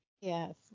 Yes